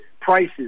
prices –